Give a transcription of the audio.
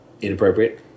inappropriate